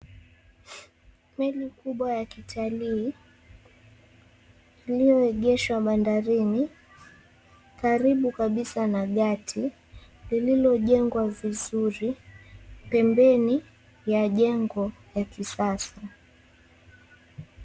Meli kubwa ya kitalii lililoegeshwa bandarini karibu kabisa na gati lililojengwa vizuri pembeni ya jengo ya kisasa.